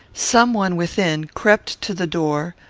some one within crept to the door,